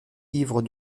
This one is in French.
ivre